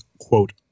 quote